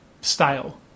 style